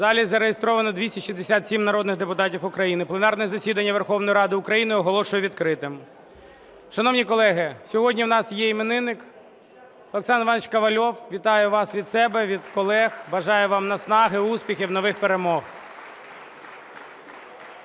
В залі зареєстровано 267 народних депутатів України. Пленарне засідання Верховної Ради України оголошую відкритим. Шановні колеги, сьогодні в нас є іменинник – Олександр Іванович Ковальов. Вітаю вас від себе, від колег, бажаю вам наснаги, успіхів, нових перемог!